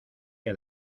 que